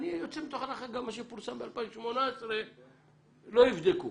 אני יוצא מתוך הנחה, גם מה שפורסם ב-2018 לא יבדקו